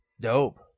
dope